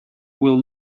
will